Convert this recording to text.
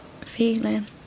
feeling